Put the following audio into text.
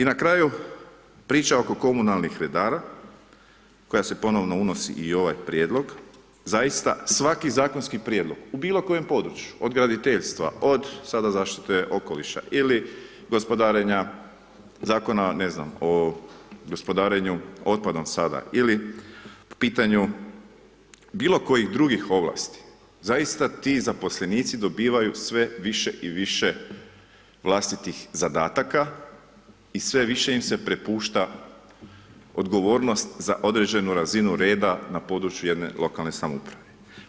I na kraju, priča oko komunalnih redara koja se ponovno unosi i u ovaj prijedlog, zaista svaki zakonski prijedlog u bilokojem području od graditeljstva, od sada zaštite okoliša ili gospodarenja, zakona ne znam o gospodarenju otpadom sada ili po pitanju bilokojih drugih ovlasti, zaista ti zaposlenici dobivaju sve više i više vlastitih zadataka i sve više im se prepušta odgovornost za određenu razinu reda na području jedne lokalne samouprave.